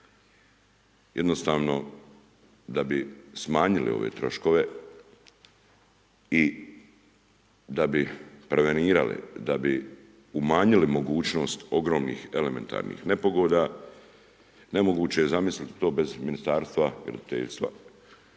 Jednostavno da bi smanjili ove troškove i da bi prevenirali, da bi umanjili mogućnost ogromnih elementarnih nepogoda, nemoguće je zamisliti to bez Ministarstva graditeljstva,